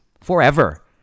forever